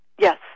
Yes